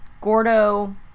Gordo